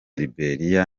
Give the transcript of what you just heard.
liberia